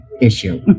issue